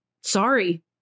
Sorry